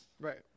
Right